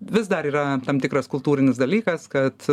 vis dar yra tam tikras kultūrinis dalykas kad